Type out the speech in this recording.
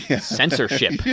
censorship